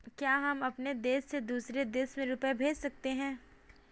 क्या हम अपने देश से दूसरे देश में रुपये भेज सकते हैं?